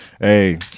Hey